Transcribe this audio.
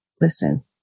listen